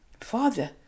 Father